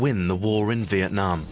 win the war in vietnam